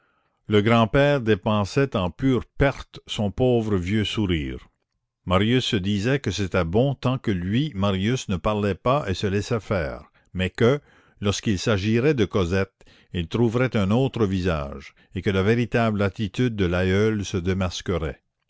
le grand-père dépensait en pure perte son pauvre vieux sourire marius se disait que c'était bon tant que lui marius ne parlait pas et se laissait faire mais que lorsqu'il s'agirait de cosette il trouverait un autre visage et que la véritable attitude de l'aïeul se démasquerait